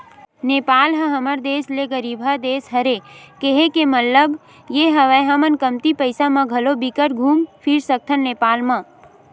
नेपाल ह हमर देस ले गरीबहा देस हरे, केहे के मललब ये हवय हमन कमती पइसा म घलो बिकट घुम फिर सकथन नेपाल म